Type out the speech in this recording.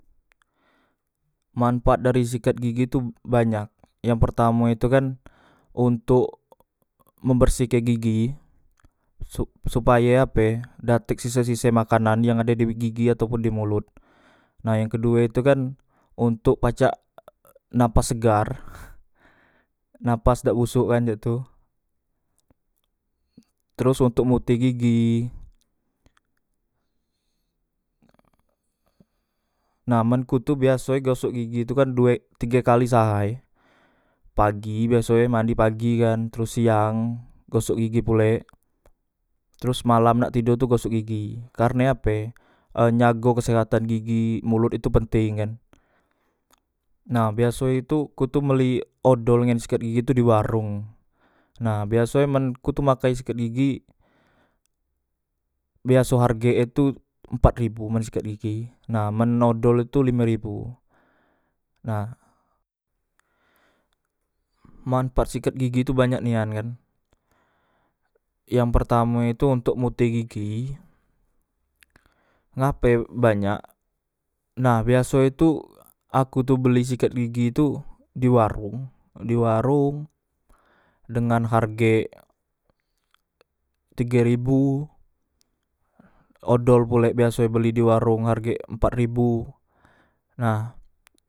Manfaat dari sikat gigi tu banyak yang pertamo itu kan ontok membersihke gigi sup supaye ape dak tek sise sise makanan yang ade di gigi ataupun dimulut nah yang kedue tu kan ontok pacak nafas segar nafas dak busok kan cak tu teros ontok mutehke gigi nah men ku tu biasoe gosok gigi tu kan due tige kali seahay pagi biasoe mandi pagi kan teros siang gosok gigi pulek teros malam nak tedo tu gosok gigi karne ape e njago kesehatan gigi molot itu penteng kan nah biasoe tu ku tu beli odol ngen sikat gigi kan di warong nah biasoe men ku tu makai sikat gigi biaso hargek e tu empat ribu men sikat gigi nah men odol itu lime ribu nah manpaat sikat gigi tu banyak nian kan yang pertame itu ontok mutehke gigi ngape banyak nah biasoe tu aku tu beli sikat gigi tu diwarong di warong dengan hargek tige ribu odol pulek biasoe beli di warong hargek empat ribu nah